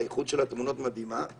כי האיכות של התמונות מדהימה.